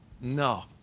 No